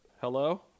Hello